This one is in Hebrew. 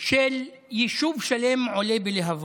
של יישוב שלם עולה בלהבות.